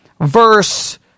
verse